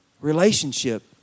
relationship